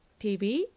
TV